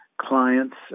clients